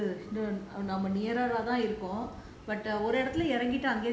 அப்புறம் வந்து நம்ம தான் இருக்கோம்:appuram vanthu namma thaan irukom